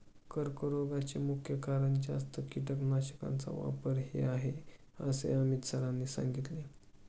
कर्करोगाचे मुख्य कारण जास्त कीटकनाशकांचा वापर हे आहे असे अमित सरांनी सांगितले